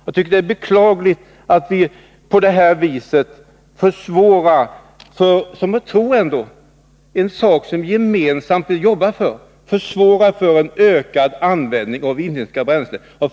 Jag tycker det är beklagligt att vi på det här viset försvårar för en sak som vi — vilket jag ändå tror — gemensamt vill arbeta för, nämligen att åstadkomma en ökad användning av inhemska bränslen.